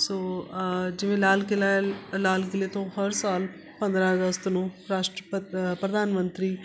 ਸੋ ਜਿਵੇਂ ਲਾਲ ਕਿਲ੍ਹਾ ਹੈ ਲਾਲ ਕਿਲ੍ਹੇ ਤੋਂ ਹਰ ਸਾਲ ਪੰਦਰਾਂ ਅਗਸਤ ਨੂੰ ਰਾਸ਼ਟਰਪਤ ਪ੍ਰਧਾਨ ਮੰਤਰੀ